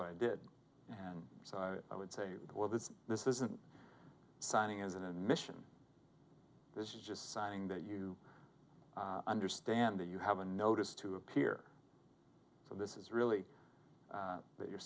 what i did and so i would say well this this isn't signing is an admission this is just signing that you understand that you have a notice to appear for this is really that you're